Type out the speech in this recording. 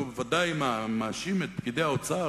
והוא בוודאי מאשים את פקידי האוצר,